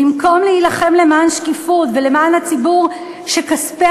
במקום להילחם למען שקיפות ולמען הציבור שכספי